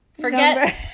Forget